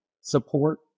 support